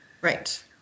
Right